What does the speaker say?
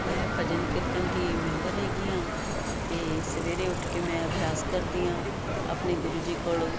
ਮੈਂ ਭਜਨ ਕੀਰਤਨ ਦੀ ਮੈਂਬਰ ਹੈਗੀ ਆਂ ਤੇ ਸਵੇਰੇ ਉੱਠ ਕੇ ਮੈਂ ਅਭਿਆਸ ਕਰਦੀ ਆਂ ਆਪਣੇ ਗੁਰੂ ਜੀ ਕੋਲੋਂ